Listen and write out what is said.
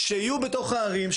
שיהיו בתוך הערים,